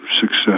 success